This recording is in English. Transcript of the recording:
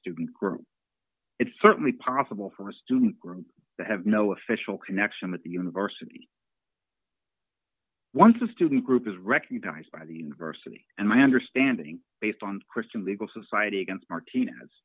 group it's certainly possible for a student group to have no official connection with the university once a student group is recognized by the university and my understanding based on christian legal society against martinez